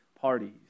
parties